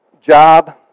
job